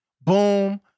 Boom